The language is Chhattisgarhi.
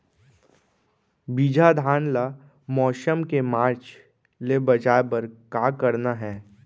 बिजहा धान ला मौसम के मार्च ले बचाए बर का करना है?